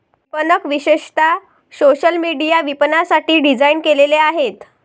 विपणक विशेषतः social media विपणनासाठी डिझाइन केलेले आहेत